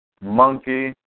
monkey